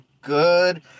good